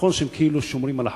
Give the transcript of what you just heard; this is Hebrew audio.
נכון שהם שומרים על החוק,